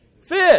fish